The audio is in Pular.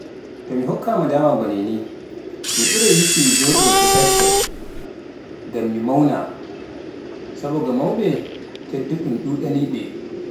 To mi hokkaama daama ba niini, mi ɓuray yikki mi jooɗoo e baccel, ngam mi mawna, sabu nga mawɓe, tedduɗum ɗuuɗanii-ɓe.